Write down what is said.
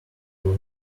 will